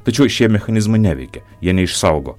tačiau šie mechanizmai neveikia jie neišsaugo